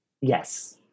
Yes